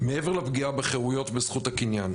מעבר לפגיעה בחירויות בזכות הקניין,